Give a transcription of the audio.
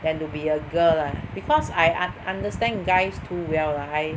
than to be a girl lah because I understand guys too well lah I